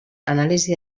anàlisi